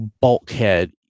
bulkhead